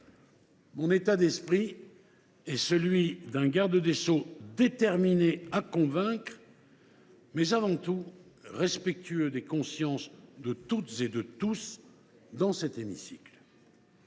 Mon état d’esprit est celui d’un garde des sceaux déterminé à convaincre, mais avant tout respectueux des consciences de toutes et de tous dans cet hémicycle.